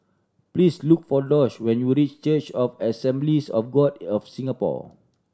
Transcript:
please look for Doss when you reach Church of Assemblies of God of Singapore